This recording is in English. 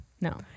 no